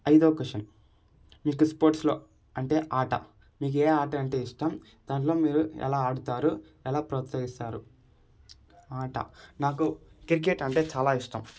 ఐదో క్వషన్ మీకు స్పోర్ట్స్లో అంటే ఆట మీకు ఏ ఆటంటే ఇష్టం దాంట్లో మీరు ఎలా ఆడుతారు ఎలా ప్రోత్సహిస్తారు ఆట నాకు క్రికెట్ అంటే చాలా ఇష్టం